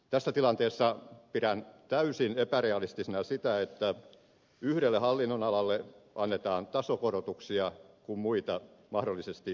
tässä tilanteessa pidän täysin epärealistisena sitä että yhdelle hallinnonalalle annetaan tasokorotuksia kun muita mahdollisesti leikataan